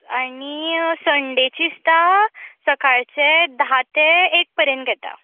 आनी संडेची इसता सकाळचें धा ते एक पर्यन घेता